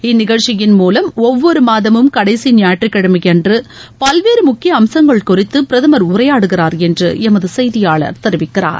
இந்நிகழ்ச்சியின் மூலம் ஒவ்வொரு மாதமும் கடைசி ஞாயிற்றுக் கிழமையன்று பல்வேறு முக்கிய அம்சங்கள் குறித்து பிரதமர் உரையாடுகிறார் என்று எமது செய்தியாளர் தெரிவிக்கிறார்